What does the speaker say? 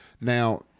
Now